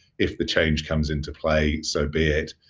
if the change comes into play, so be it.